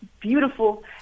beautiful